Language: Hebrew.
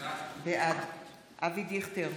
בעד אבי דיכטר,